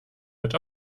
wird